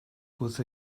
with